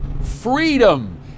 freedom